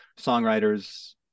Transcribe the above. songwriters